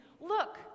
Look